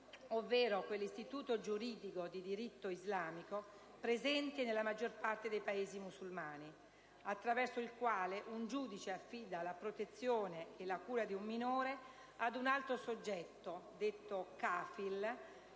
ovvero quell'istituto giuridico di diritto islamico, presente nella maggior parte dei Paesi musulmani, attraverso il quale un giudice affida la protezione e la cura di un minore ad un altro soggetto (detto *kafil*)